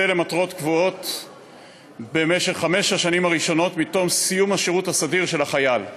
למטרות קבועות במשך חמש השנים הראשונות מתום סיום השירות הסדיר של החייל.